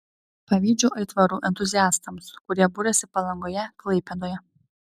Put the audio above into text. pavydžiu aitvarų entuziastams kurie buriasi palangoje klaipėdoje